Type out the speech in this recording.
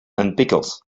pickles